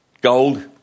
Gold